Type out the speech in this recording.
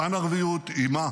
הפאן-ערביות איימה